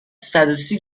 صدوسی